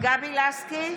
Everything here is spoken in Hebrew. גבי לסקי,